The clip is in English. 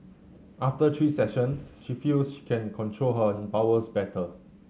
after three sessions she feels she can control her bowels better